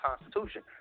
Constitution